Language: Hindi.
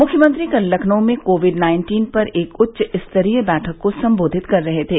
मुख्यमंत्री कल लखनऊ में कोविड नाइन्टीन पर एक उच्चस्तरीय बैठक को संबोधित कर रहे थे